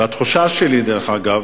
והתחושה שלי, דרך אגב,